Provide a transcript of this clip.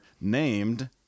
Named